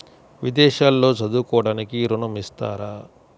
విదేశాల్లో చదువుకోవడానికి ఋణం ఇస్తారా?